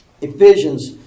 Ephesians